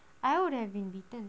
I would have been bitten